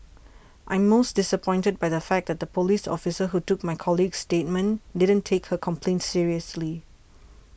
I'm most disappointed by the fact that the police officer who took my colleague's statement didn't take her complaint seriously